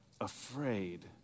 afraid